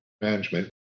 management